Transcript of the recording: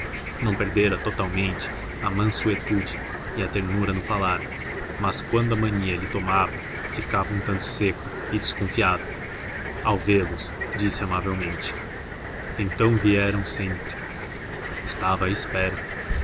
não perdera totalmente a mansuetude e a ternura no falar mas quando a mania lhe tomava ficava um tanto seco e desconfiado ao vê-los disse amavelmente então vieram sempre estava à espera